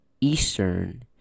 Eastern